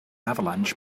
avalanche